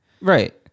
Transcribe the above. Right